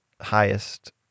highest